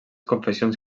confessions